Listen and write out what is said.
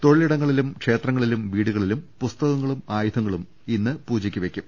തൊഴിലിടങ്ങളിലും ക്ഷേത്രങ്ങളിലും വീടുകളിലും പുസ്തകങ്ങളും ആയുധങ്ങളും പൂജയ്ക്ക് വെയ്ക്കും